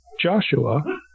Joshua